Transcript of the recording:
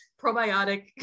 probiotic